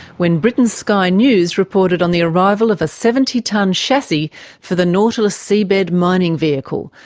when britain's sky news reported on the arrival of a seventy tonne chassis for the nautilus seabed mining vehicle,